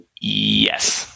Yes